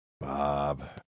Bob